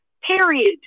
Period